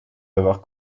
avoir